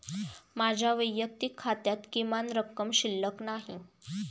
माझ्या वैयक्तिक खात्यात किमान रक्कम शिल्लक नाही